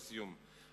לסיום,